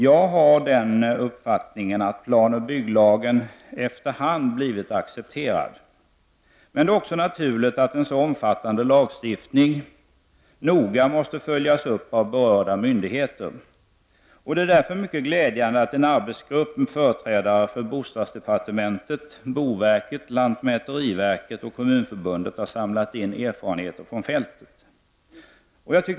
Jag har den uppfattningen att planoch bygglagen efter hand blivit accepterad. Men det är också naturligt att en så omfattande lagstiftning noga måste följas upp av berörda myndigheter. Det är därför mycket glädjande att en arbetsgrupp med företrädare för bostadsdepartementet, boverket, lantmäteriverket och Kommunförbundet har samlat in erfarenheter från fältet.